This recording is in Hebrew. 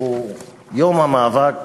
שהוא יום המאבק